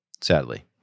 Sadly